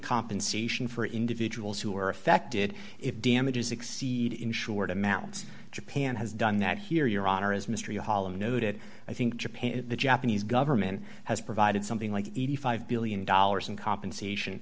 compensation for individuals who are affected if damages exceed insured amounts japan has done that here your honor as mr holland noted i think japan the japanese government has provided something like eighty five billion dollars in compensation